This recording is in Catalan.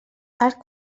arc